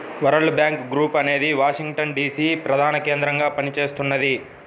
world Bank Group అనేది Washington DC ప్రధానకేంద్రంగా పనిచేస్తున్నది